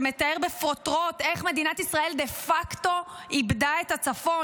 שמתאר בפרוטרוט איך מדינת ישראל דה פקטו איבדה את הצפון,